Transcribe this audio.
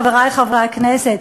חברי חברי הכנסת,